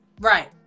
Right